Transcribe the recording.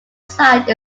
site